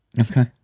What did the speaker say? Okay